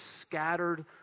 scattered